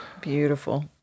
Beautiful